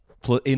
Plus